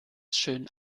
schön